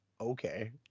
okay